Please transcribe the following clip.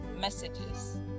messages